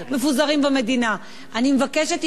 אני מבקשת התייחסות של השר הרלוונטי,